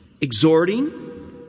exhorting